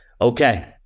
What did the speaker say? Okay